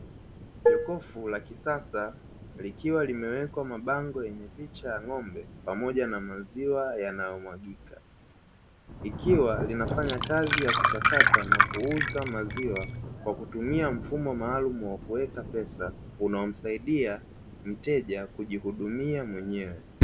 Jokofu la kisasa likiwa limewekwa mabango yenye picha ya ng'ombe pamoja na maziwa yanayomwagika, ikiwa linafanya kazi ya kuchakata na kuuza maziwa kwa kutumia mfumo maalumu wa kuweka pesa unaomsaidia mteja kujihudumia mwenyewe.